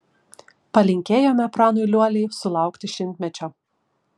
palinkėjome pranui liuoliai sulaukti šimtmečio